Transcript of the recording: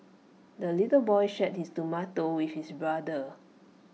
the little boy shared his tomato with his brother